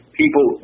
people